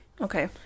Okay